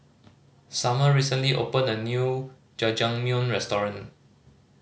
Summer recently opened a new Jajangmyeon Restaurant